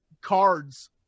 cards